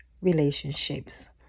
relationships